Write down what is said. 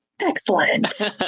Excellent